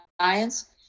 science